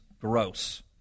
Gross